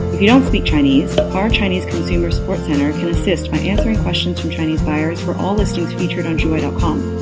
you don't speak chinese, our chinese consumer support centre can assist by answering questions from chinese buyers for all listings featured on juwai ah com.